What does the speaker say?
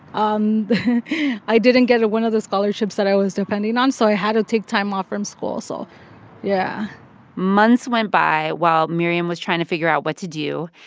um i didn't get one of those scholarships that i was depending on, so i had to take time off from school. so yeah months went by while miriam was trying to figure out what to do,